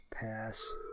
Pass